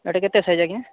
ଏଇଟା କେତେ ସାଇଜ୍ ଆଜ୍ଞା